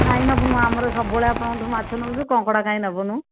କାଇଁ ନବୁନୁ ଆମର ସବୁବେଳେ ଆପଣଙ୍କଠାରୁ ମାଛ ନେଉଛୁ କଙ୍କଡ଼ା କାଇଁ ନବୁନୁ